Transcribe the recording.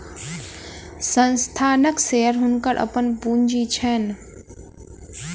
संस्थानक शेयर हुनकर अपन पूंजी छैन